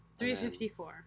354